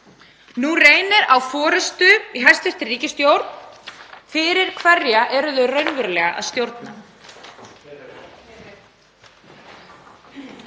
Nú reynir á forystu í hæstv. ríkisstjórn. Fyrir hverja eru þau raunverulega að stjórna?